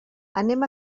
anem